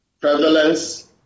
prevalence